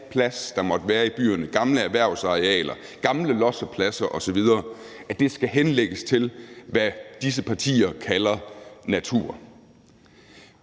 plads, der måtte være i byerne – gamle erhvervsarealer, gamle lossepladser osv. – skal henlægges til, hvad disse partier kalder natur.